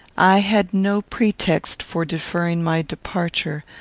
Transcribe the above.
i had no pretext for deferring my departure,